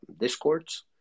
Discords